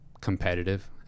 competitive